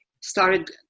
started